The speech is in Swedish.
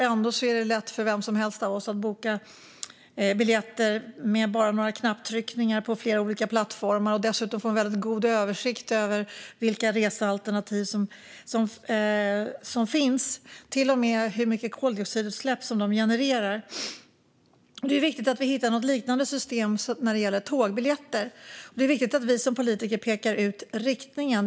Ändå är det lätt för vem som helst av oss att boka biljetter med bara några knapptryckningar på flera olika plattformar och dessutom få en väldigt god översikt över vilka resealternativ som finns och till och med hur mycket koldioxidutsläpp som de genererar. Det är viktigt att vi hittar något liknande system när det gäller tågbiljetter. Det är viktigt att vi som politiker pekar ut riktningen.